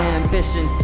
ambition